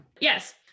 Yes